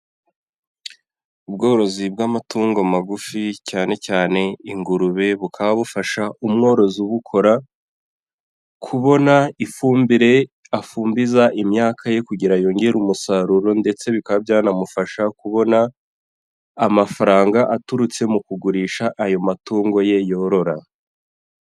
Ubworozi bw'amatungo magufi, cyane cyane ingurube. Bukaba bufasha, umworozi ubukora, kubona ifumbire, afumbiza imyaka ye, Kugira yongere umusaruro ndetse bikaba byanamufasha kubona amafaranga, aturutse mu kugurisha ayo matungo ye yorora.